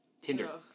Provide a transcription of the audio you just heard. Tinder